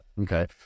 okay